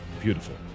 beautiful